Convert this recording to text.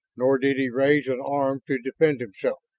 nor did he raise an arm to defend himself,